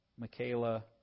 Michaela